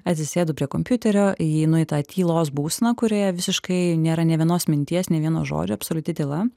atsisėdu prie kompiuterio įeinu į tą tylos būseną kurioje visiškai nėra nė vienos minties nė vieno žodžio absoliuti tyla